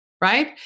Right